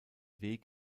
weg